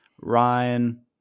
Ryan